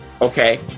okay